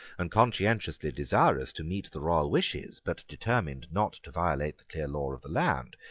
and conscientiously desirous to meet the royal wishes, but determined not to violate the clear law of the land,